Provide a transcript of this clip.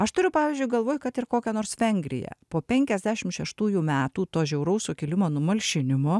aš turiu pavyzdžiui galvoj kad ir kokią nors vengriją po penkiasdešimt šeštųjų metų to žiauraus sukilimo numalšinimo